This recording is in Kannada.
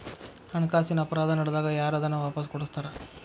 ಹಣಕಾಸಿನ್ ಅಪರಾಧಾ ನಡ್ದಾಗ ಯಾರ್ ಅದನ್ನ ವಾಪಸ್ ಕೊಡಸ್ತಾರ?